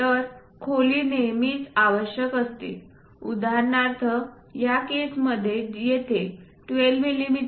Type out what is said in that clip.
तर खोली नेहमीच आवश्यक असते उदाहरणार्थ या केस मध्ये येथे 12 मिमी